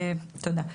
תודה.